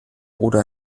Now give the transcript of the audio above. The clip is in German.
oder